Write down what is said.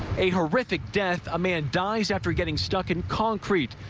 a horrific death, a man dies after getting stuck in concrete.